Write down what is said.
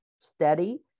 steady